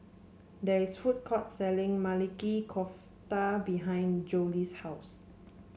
there is food court selling Maili Kofta behind Zollie's house